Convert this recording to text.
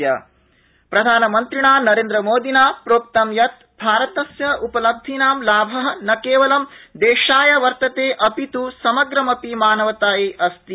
प्रधानमन्त्री प्रधानमन्त्रिणा नरेन्द्र मोदिना प्रोक्तं यत् भारतस्य उपलब्धीनां लाभ न केवलं देशाय वर्तते अपित् समग्रमपि मानवतायै अस्ति